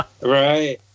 Right